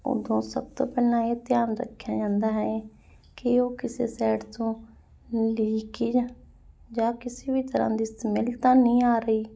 ਉਦੋਂ ਸਭ ਤੋਂ ਪਹਿਲਾਂ ਇਹ ਧਿਆਨ ਰੱਖਿਆ ਜਾਂਦਾ ਹੈ ਕਿ ਉਹ ਕਿਸੇ ਸਾਈਡ ਤੋਂ ਲੀਕੇਜ ਜਾਂ ਕਿਸੇ ਵੀ ਤਰ੍ਹਾਂ ਦੀ ਸਮੈਲ ਤਾਂ ਨਹੀਂ ਆ ਰਹੀ